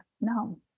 no